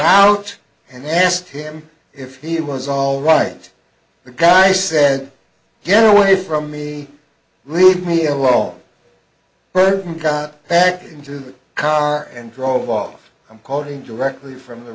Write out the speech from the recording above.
out and asked him if he was all right the guy said get away from me leave me alone got back into the car and drove off i'm quoting directly from the